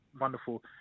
wonderful